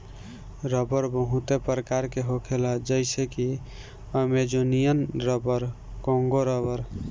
रबड़ बहुते प्रकार के होखेला जइसे कि अमेजोनियन रबर, कोंगो रबड़